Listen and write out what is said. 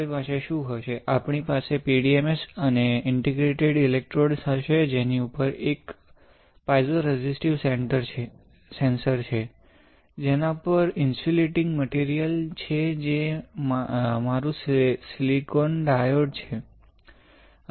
આપણી પાસે શુ હશે આપણી પાસે PDMS અને ઇનટરડિજિટિટ્ર્ડ ઇલેક્ટ્રોડ્સ હશે જેની ઉપર એક પાઇઝો રેઝિસ્ટ સેન્સર છે જેના પર ઇન્સ્યુલેટીંગ મટિરિયલ છે જે મારું સિલિકોન ડાયોક્સાઇડ છે